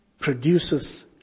produces